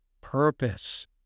purpose